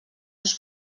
seus